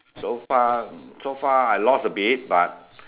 so far so far I lost a bit but